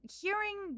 hearing